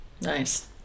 Nice